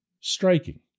Striking